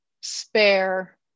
spare